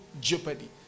jeopardy